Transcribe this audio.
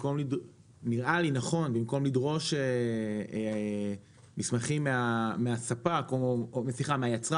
נראה לי נכון במקום לדרוש מסמכים מהיצרן או מספק